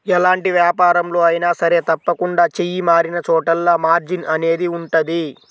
ఎలాంటి వ్యాపారంలో అయినా సరే తప్పకుండా చెయ్యి మారినచోటల్లా మార్జిన్ అనేది ఉంటది